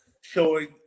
showing